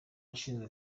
nshinzwe